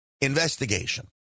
investigation